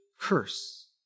curse